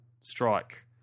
strike